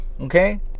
okay